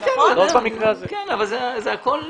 כן, אבל הכול נחשב.